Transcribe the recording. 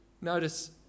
notice